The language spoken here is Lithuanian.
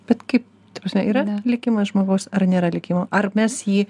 bet kaip ta prasme yra likimas žmogaus ar nėra likimo ar mes jį